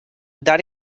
that